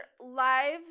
live